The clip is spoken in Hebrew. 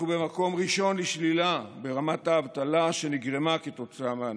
אנחנו במקום ראשון לשלילה ברמת האבטלה שנגרמה כתוצאה מהנגיף.